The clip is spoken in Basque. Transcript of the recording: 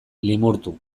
limurtu